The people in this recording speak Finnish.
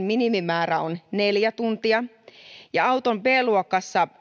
minimimäärä on neljä tuntia ja auton b luokassa